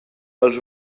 els